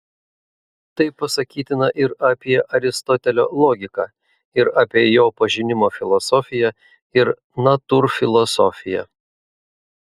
tai pasakytina ir apie aristotelio logiką ir apie jo pažinimo filosofiją ir natūrfilosofiją